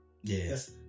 Yes